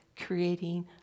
creating